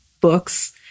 books